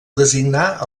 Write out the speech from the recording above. designar